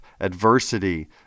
adversity